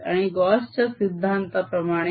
आणि गॉस च्या सिद्धांताप्रमाणे हे M